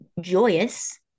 joyous